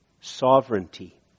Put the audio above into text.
sovereignty